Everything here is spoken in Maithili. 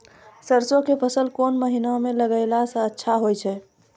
सरसों के फसल कोन महिना म लगैला सऽ अच्छा होय छै?